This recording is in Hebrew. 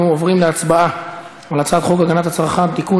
אנחנו עוברים להצבעה על הצעת חוק הגנת הצרכן (תיקון,